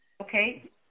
Okay